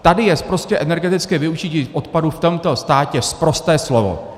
Tady je prostě energetické využití odpadů v tomto státě sprosté slovo.